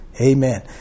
Amen